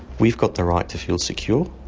we've got the right to feel secure,